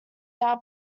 out